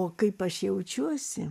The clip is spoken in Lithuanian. o kaip aš jaučiuosi